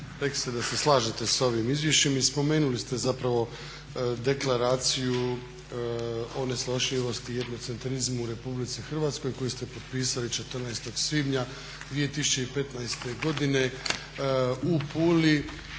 rekli ste da se slažete sa ovim izvješćem i spomenuli ste zapravo Deklaraciju o nesnošljivosti i egocentrizmu u Republici Hrvatskoj koju ste potpisali 14. svibnja 2015. godine u Puli